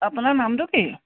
আপোনাৰ নামটো কি